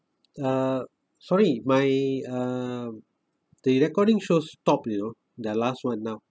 uh sorry my uh the recording show stop you know the last [one] now